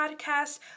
podcast